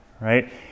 Right